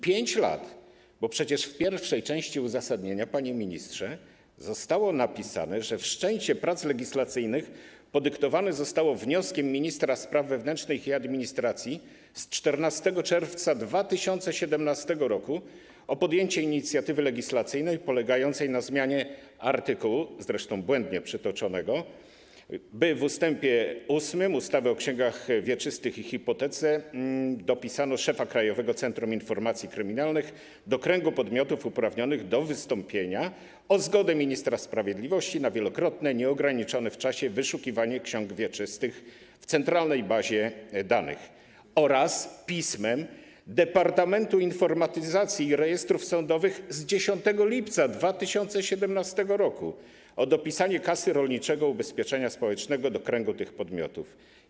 5 lat, bo przecież w pierwszej części uzasadnienia, panie ministrze, zostało napisane, że wszczęcie prac legislacyjnych podyktowane zostało wnioskiem ministra spraw wewnętrznych i administracji z 14 czerwca 2017 r. o podjęcie inicjatywy legislacyjnej polegającej na zmianie artykułu, zresztą błędnie przytoczonego, by w ust. 8 ustawy o księgach wieczystych i hipotece dopisano szefa Krajowego Centrum Informacji Kryminalnych do kręgu podmiotów uprawnionych do wystąpienia o zgodę ministra sprawiedliwości na wielokrotne nieograniczone w czasie wyszukiwanie ksiąg wieczystych w centralnej bazie danych, oraz pismem Departamentu Informatyzacji i Rejestrów Sądowych z 10 lipca 2017 r. o dopisanie Kasy Rolniczego Ubezpieczenia Społecznego do kręgu tych podmiotów.